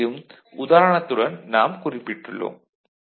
அனைத்தையும் உதாரணத்துடன் நாம் குறிப்பிட்டுள்ளோம்